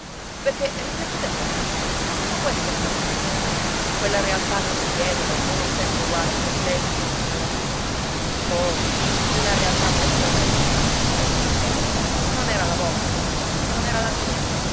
perché riflettete bene che cosa può esser morto di loro quella realtà ch'essi diedero e non sempre uguale a se stessi alla vita oh una realtà molto relativa vi prego di credere non era la vostra non era la mia